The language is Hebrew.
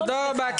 תודה רבה.